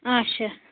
آچھا